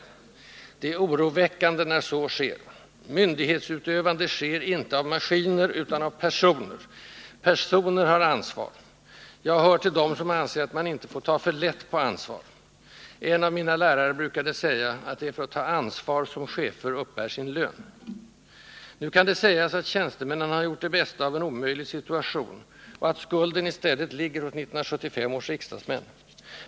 Det är oroväckande när så sker. Myndighetsutövande sker icke av maskiner utan av personer. Personer har ansvar. Jag hör till dem som anser att man inte får ta för lätt på ansvar. En av mina lärare brukade säga att det är för att ta ansvar som chefer uppbär sin lön. Nu kan det sägas att tjänstemännen har gjort det bästa av en omöjlig situation, och att skulden i stället ligger hos 1975 års riksdagsmän.